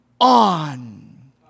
on